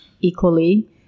equally